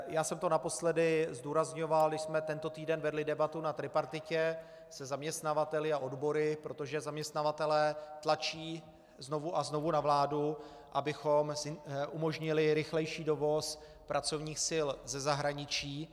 Já jsem to naposledy zdůrazňoval, když jsme tento týden vedli debatu na tripartitě se zaměstnavateli a odbory, protože zaměstnavatelé tlačí znovu a znovu na vládu, abychom umožnili rychlejší dovoz pracovních sil ze zahraničí.